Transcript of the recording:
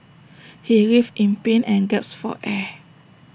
he writhed in pain and gasped for air